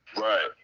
Right